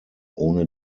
ohne